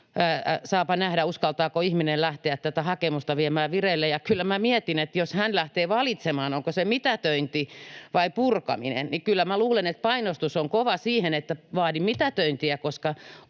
saapa nähdä, uskaltaako ihminen lähteä tätä hakemusta viemään vireille. Ja kyllä minä mietin, että jos hän lähtee valitsemaan, onko se mitätöinti vai purkaminen, niin kyllä minä luulen, että painostus on kova siihen, että ”vaadi mitätöintiä, koska